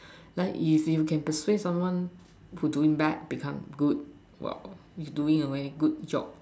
like if you can persuade someone who doing bad to doing good well you're doing a very good job